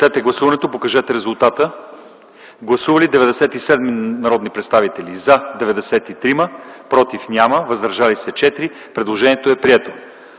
Гласували 100 народни представители: за 93, против 1, въздържали се 6. Предложението е прието.